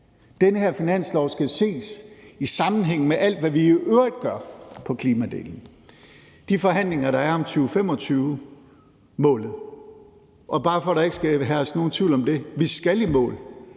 Den her finanslov skal ses i sammenhæng med alt, hvad vi i øvrigt gør på klimadelen, og de forhandlinger, der er om 2025-målet. Og bare for at der ikke skal herske nogen tvivl om det: Vi skal i mål